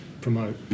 promote